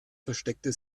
versteckte